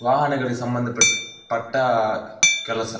ವಾಹನಗಳಿಗೆ ಸಂಬಂಧಪಟ್ಟ ಕೆಲಸ